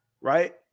Right